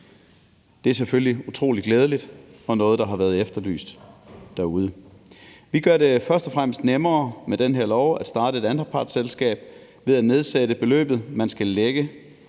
Det er selvfølgelig utrolig glædeligt og noget, der har været efterlyst derude. Vi gør det først og fremmest nemmere med den her lov at starte et anpartsselskab ved at nedsætte beløbet, man skal lægge